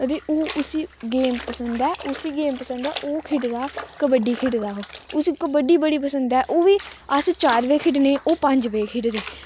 अदे ओह् उसी गेम पंसद ऐ उसी गेम पंसद ऐ ओह् खेढदा कबड्डी खेढदा ओह् उसी कबड्डी बड़ी पंसद ऐ ओह् बी अस चार बजे खेढने ओह् पंज बजे खेढदे